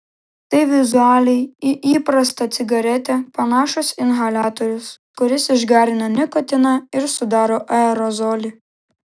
tai vizualiai į įprastą cigaretę panašus inhaliatorius kuris išgarina nikotiną ir sudaro aerozolį